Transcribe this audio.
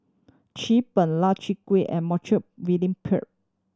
Chin Peng Lau Chiap Khai and Montague William Pett